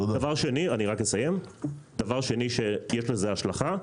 דבר שני שיש עליו השלכה.